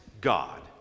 God